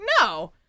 no